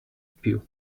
più